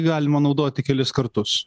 galima naudoti kelis kartus